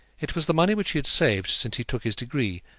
it was the money which he had saved since he took his degree,